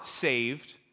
saved